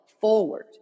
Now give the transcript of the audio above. forward